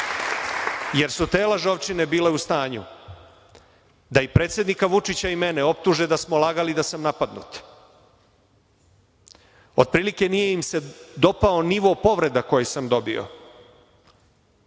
jer su te lažovčine bile u stanju da i predsednika Vučića i mene optuže da sam lagao da sam napadnut. Otprilike nije im se dopao nivo povreda koje sam dobio